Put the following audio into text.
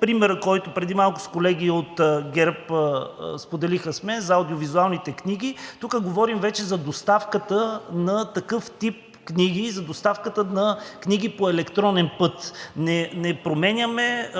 притеснения. Преди малко колеги от ГЕРБ-СДС споделиха с мен за аудио-визуалните книги. Тук говорим вече за доставката на такъв тип книги, за доставката на книги по електронен път. Не променяме